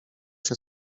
się